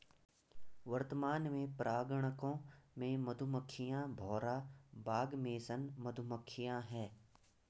वर्तमान में परागणकों में मधुमक्खियां, भौरा, बाग मेसन मधुमक्खियाँ है